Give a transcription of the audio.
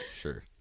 Sure